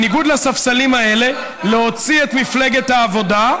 בניגוד לספסלים האלה, להוציא את מפלגת העבודה,